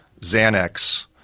Xanax